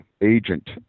agent